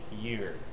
year